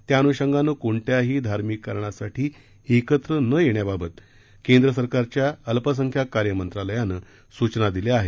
त्यानुषंगानं कोणत्याही धार्मिक कारणासाठी एकत्र न येण्याबाबत केंद्र सरकारच्या अल्पसंख्याक कार्य मंत्रालयानं सूचना दिल्या आहेत